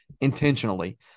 intentionally